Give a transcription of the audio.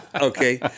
Okay